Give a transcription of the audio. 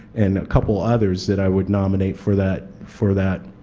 and a couple others that i would nominate for that for that